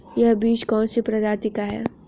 यह बीज कौन सी प्रजाति का है?